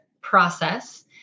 process